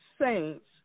saints